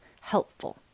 helpful